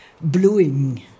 bluing